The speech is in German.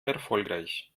erfolgreich